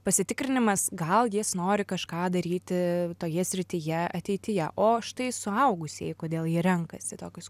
pasitikrinimas gal jis nori kažką daryti toje srityje ateityje o štai suaugusieji kodėl jie renkasi tokius